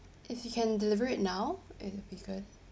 if you can deliver it now it will be good